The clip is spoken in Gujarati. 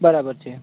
બરાબર છે